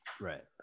Right